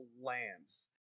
lands